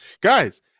guys